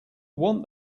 want